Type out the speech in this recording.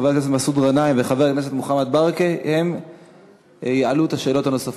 חבר הכנסת מסעוד גנאים וחבר הכנסת מוחמד ברכה יעלו את השאלות הנוספות.